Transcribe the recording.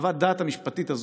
חוות הדעת המשפטית הזאת,